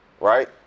right